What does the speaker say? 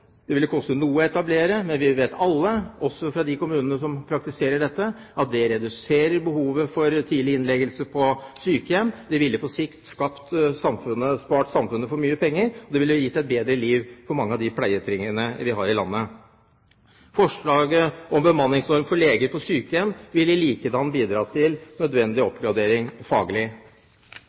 Det ville koste noe å etablere det, men vi vet alle – også fra de kommunene som praktiserer dette – at det reduserer behovet for tidlig innleggelse på sykehjem, det ville på sikt spart samfunnet for mye penger, og det ville gi et bedre liv for mange av de pleietrengende vi har i landet. Forslaget om bemanningsnorm for leger på sykehjem ville likedan bidratt til nødvendig oppgradering